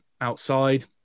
outside